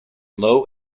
low